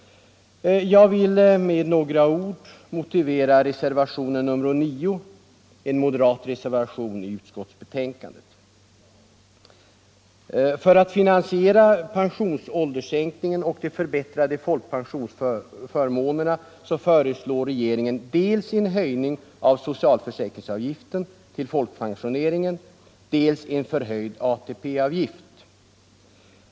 Jag vill med några ord motivera reservationen 9, som till betänkandet har fogats av de moderata utskottsledamöterna. För att finansiera pensionsålderssänkningen och de förbättrade folkpensionsförmånerna föreslår regeringen dels en höjning av socialförsäkringsavgiften till folkpensioneringen, dels en höjning av ATP-avgiften.